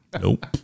Nope